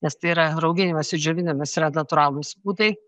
nes tai yra rauginimas ir džiovinimas yra natūralūs būdai